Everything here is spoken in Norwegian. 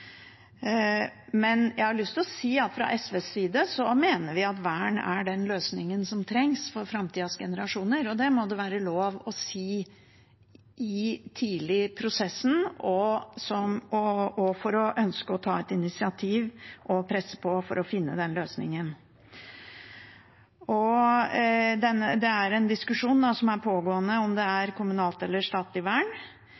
Men jeg har lyst til å si at fra SVs side mener vi at vern er den løsningen som trengs for framtidas generasjoner – og det må det være lov å si tidlig i prosessen – og vi ønsker å ta et initiativ og presse på for å finne løsningen. Det er en pågående diskusjon om kommunalt eller statlig vern, men det er viktig nå at alle de som ønsker å bevare Ekebergsletta, finner en